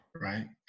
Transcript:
right